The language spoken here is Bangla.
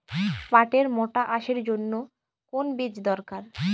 পাটের মোটা আঁশের জন্য কোন বীজ দরকার?